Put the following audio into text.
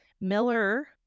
Miller